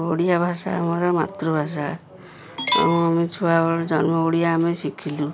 ଓଡ଼ିଆ ଭାଷା ଆମର ମାତୃଭାଷା ଏଣୁ ଆମେ ଛୁଆବେଳେ ଜନ୍ମ ଓଡ଼ିଆ ଆମେ ଶିଖିଲୁ